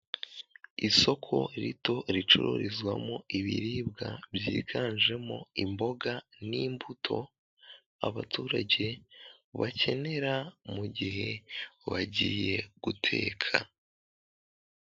Isoko rito ricururizwamo ibiribwa byiganjemo imboga n'imbuto abaturage bakenera mu gihe bagiye guteka.